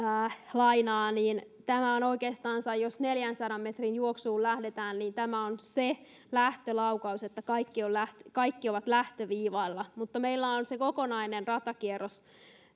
lainaa niin tämä on oikeastansa jos neljänsadan metrin juoksuun lähdetään se lähtölaukaus kaikki ovat lähtöviivalla mutta meillä on se kokonainen ratakierros